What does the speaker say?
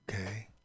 okay